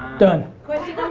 done. question